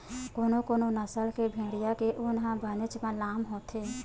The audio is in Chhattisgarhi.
कोनो कोनो नसल के भेड़िया के ऊन ह बनेचपन लाम होथे